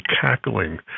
cackling